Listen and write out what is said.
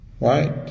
Right